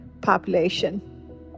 population